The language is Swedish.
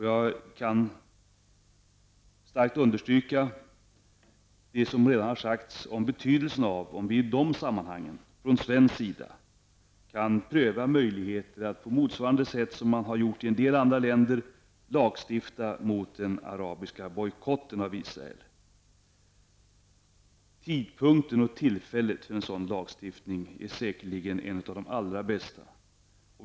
Jag kan starkt understryka det som redan har sagts om betydelsen av att vi i det sammanhanget från svensk sida prövar möjligheten att, på motsvarande sätt som man har gjort i en del andra länder, lagstifta mot den arabiska bojkotten av Israel. Tidpunkten och tillfället för en sådan lagstiftning är nu säkerligen lämplig.